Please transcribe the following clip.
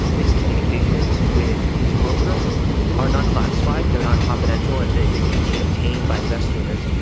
his communications with his broker are not classified. they're not confidential. they they can be obtained by investigators.